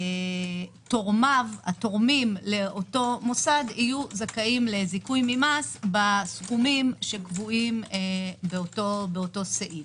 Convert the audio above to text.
התורמים לאותו מוסד יהיו זכאים לזיכוי ממס בסכומים שקבועים באותו סעיף.